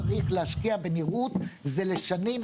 צריך להשקיע בנראות כי זה לשנים,